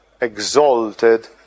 exalted